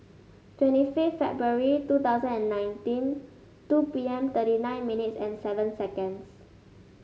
twenty fifth February two thousand and nineteen two P M thirty nine minutes and seven seconds